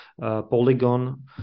polygon